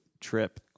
trip